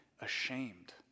ashamed